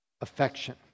affection